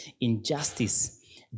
injustice